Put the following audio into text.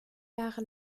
jahre